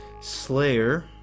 slayer